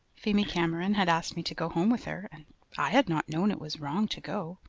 phemy cameron had asked me to go home with her and i had not known it was wrong to go.